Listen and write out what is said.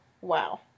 wow